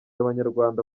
abanyarwanda